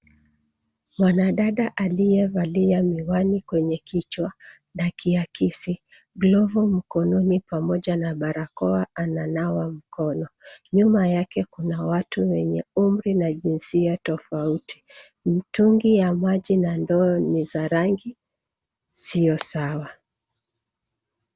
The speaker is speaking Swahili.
Mwanadada aliyevalia miwani kwenye kichwa, na kiakisi glovu mkononi pamoja na barakoa ,ananawa mkono .Nyuma yake Kuna watu wenye umri na jinsia tofauti. Mtungi ya maji na ndoo ni za rangi sio sawa.